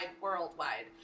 worldwide